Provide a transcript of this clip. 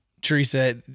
Teresa